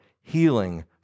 healing